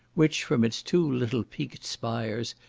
which, from its two little peaked spires,